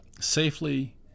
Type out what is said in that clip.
safely